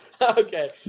okay